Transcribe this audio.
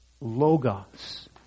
logos